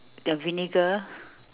the vinegar